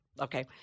okay